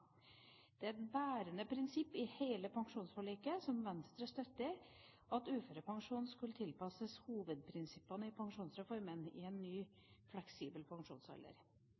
Det er et bærende prinsipp i hele pensjonsforliket, som Venstre støtter, at uførepensjonen skulle tilpasses hovedprinsippene i pensjonsreformen i en ny fleksibel pensjonsalder.